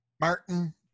Martin